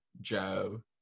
Joe